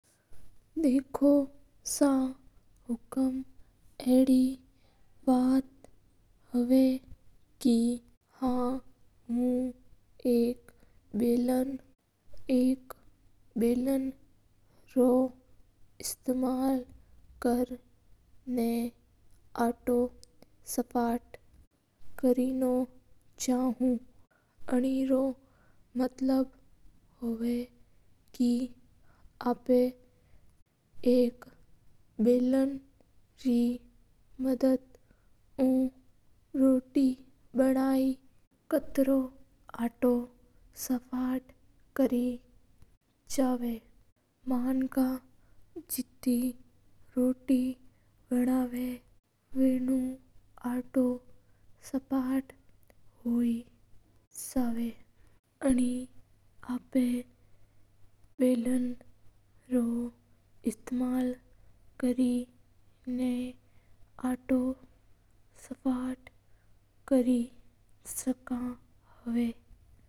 देखो सा हुकूम अड़ी बात हवा के अक बालें रो इस्तेमाल कर ने आतो सपाट कर ना चावु। अनी रो मतलब हवा के आपा अक बैलेंस्ड रे मददेड रे उ रोटी बनी केटरो आतो सपाट करी चावा हा। मका जाती रोटी बनावा बिनु आतो सपाट हवा चावा एनी आपा बालें रो इस्तेमाल कर करी सका वा।